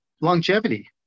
longevity